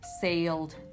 sailed